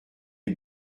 est